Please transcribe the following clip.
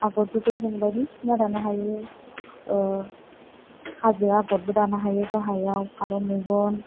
आगरफोरबो जों बायदिसिना दानो हायो हाजो आगरबो दानो हायो गाहायाव फारौ मेगन